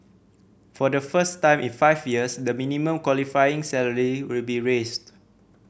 for the first time in five years the minimum qualifying salary will be raised